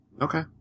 Okay